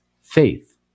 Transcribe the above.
faith